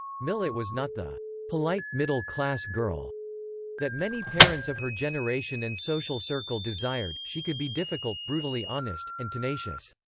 millett was not the polite, middle-class girl that many parents of her generation and social circle desired she could be difficult, brutally honest, and tenacious.